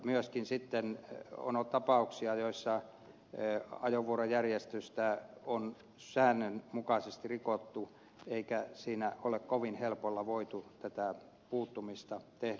myöskin sitten on ollut tapauksia joissa ajovuorojärjestystä on säännönmukaisesti rikottu eikä siinä ole kovin helpolla voitu tätä puuttumista tehdä